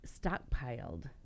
stockpiled